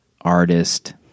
artist